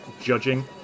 judging